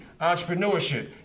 entrepreneurship